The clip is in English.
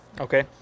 Okay